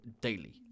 Daily